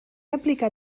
aplicar